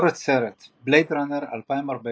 ביקורת סרט - "בלייד ראנר 2049"